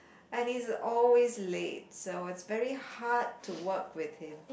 and he's always late so it's very hard to work with him